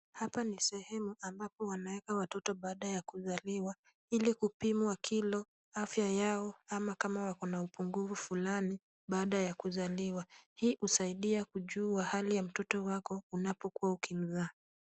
Hapa ni sehemu ambapo wanaweka watoto baada ya kuzaliwa ili kupimwa kilo, afya yao ama kama wako na upungufu fulani baada ya kuzaliwa. Hii husaidia kujua hali ya mtoto wako unapokuwa ukimzaa.